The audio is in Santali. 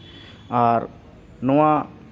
ᱟᱨ ᱱᱚᱣᱟ